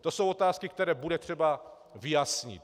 To jsou otázky, které bude třeba vyjasnit.